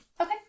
Okay